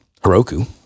Heroku